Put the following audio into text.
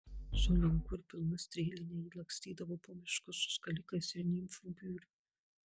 su lanku ir pilna strėline ji lakstydavo po miškus su skalikais ir nimfų būriu